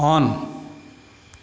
on